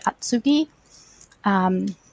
Atsugi